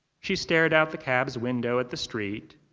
she stared out the cab's window at the street,